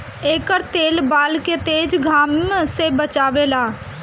एकर तेल बाल के तेज घाम से बचावेला